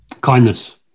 Kindness